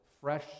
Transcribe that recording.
fresh